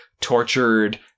tortured